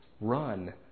Run